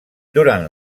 durant